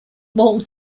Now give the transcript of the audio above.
walt